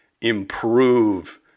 improve